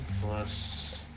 plus